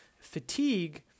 fatigue